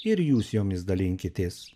ir jūs jomis dalinkitės